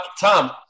Tom